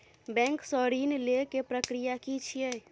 Bank सऽ ऋण लेय केँ प्रक्रिया की छीयै?